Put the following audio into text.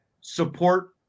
support